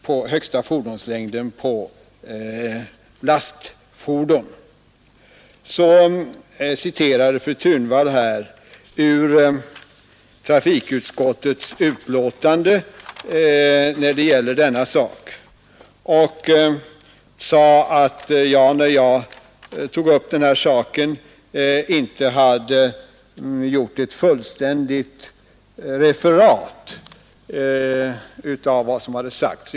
Fru Thunvall citerade trafikutskottets betänkande i fråga om högsta fordonslängden på lastfordon och sade att jag, när jag tog upp den här saken, inte hade gjort ett fullständigt referat av vad som hade uttalats.